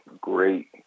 great